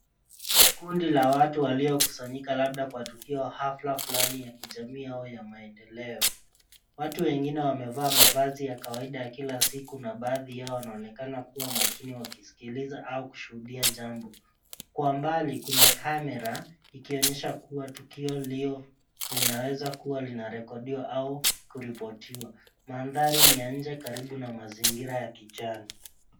Kikundi ya watu waliokusanyika labda kwa tukio fulani katika jamii yao ya maendeleo. Watu wengine wamevalia mavazi ya kawaida ya kila siku na baadhi yao wanaonekana kuwa makini wakisikiliza au kushuhudia jambo. Kwa mbali kuna kamera ikionyesha kuwa tukio hilo linaweza kuwa linarekodiwa au kuripotiwa. Mandhari ni ya nje karibu na mazingira ya kijani.